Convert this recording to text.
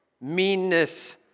meanness